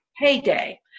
payday